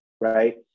right